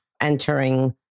entering